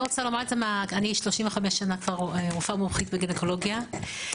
אני רופאה מומחית בגניקולוגיה כבר 35 שנה,